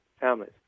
families